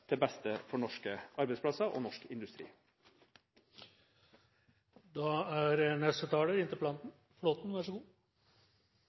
til beste for norske arbeidsplasser og norsk industri. Jeg vil takke for svaret. Det er